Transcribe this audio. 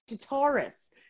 Taurus